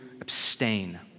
abstain